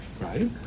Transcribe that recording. right